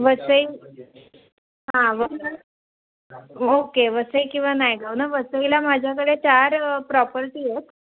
वसई हां ओके वसई किंवा नायगाव ना वसईला माझ्याकडे चार प्रॉपर्टी आहेत